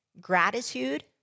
Gratitude